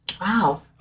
Wow